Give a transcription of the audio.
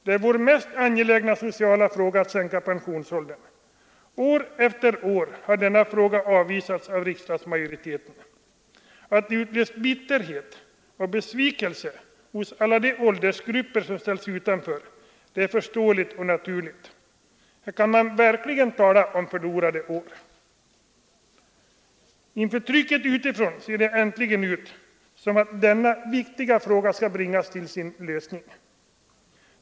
Det är vår mest angelägna sociala fråga att sänka pensionsåldern. År efter år har denna fråga avvisats av riksdagsmajoriteten. Att det utlöst bitterhet och besvikelse hos alla de åldersgrupper som ställts utanför är förståeligt och naturligt. Här kan man verkligen tala om förlorade år. Inför trycket utifrån ser det äntligen ut som om denna viktiga fråga skall bringas till sin lösning.